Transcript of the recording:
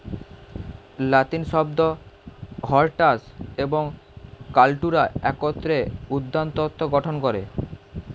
লাতিন শব্দ হরটাস এবং কাল্টুরা একত্রে উদ্যানতত্ত্ব গঠন করে